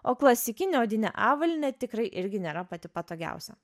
o klasikinė odinė avalynė tikrai irgi nėra pati patogiausia